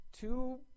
two